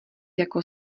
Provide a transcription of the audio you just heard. jako